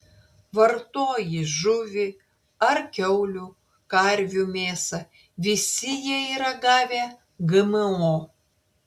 vartoji žuvį ar kiaulių karvių mėsą visi jie yra gavę gmo